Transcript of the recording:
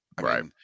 Right